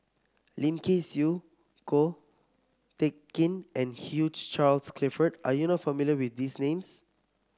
Lim Kay Siu Ko Teck Kin and Hugh Charles Clifford are you not familiar with these names